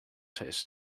tastes